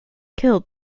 killed